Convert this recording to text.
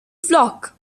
flock